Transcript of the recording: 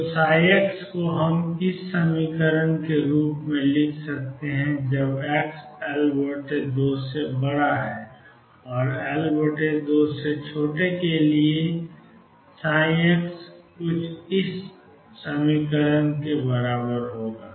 तो x हम लिख सकते हैं क्योंकि xL2 के लिए कुछ Be2m2V0 Ex x L2 के ऊपर कुछ Be2m2V0 Ex के बराबर है